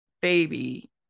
baby